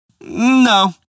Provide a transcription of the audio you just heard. No